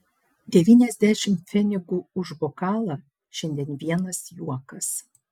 devyniasdešimt pfenigų už bokalą šiandien vienas juokas